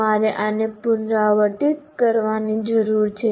તમારે આને પુનરાવર્તિત કરવાની જરૂર છે